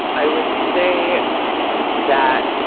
i would say that,